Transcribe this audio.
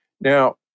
Now